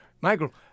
Michael